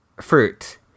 fruit